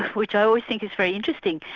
which i always think is very interesting,